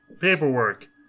paperwork